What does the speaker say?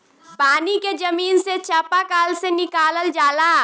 पानी के जमीन से चपाकल से निकालल जाला